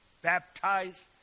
baptized